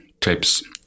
tips